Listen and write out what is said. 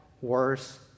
worse